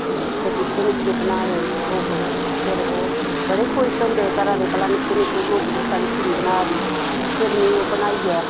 ते फिर नि'क्के नि'क्के बनाए गोगड़ू फिर ओह् बडे़ खुश होंदे घरा दे भला नि'क्के नि'क्के गोगड़ू साढ़ी कुड़ी बना दी फिर में ओह् बनाइयै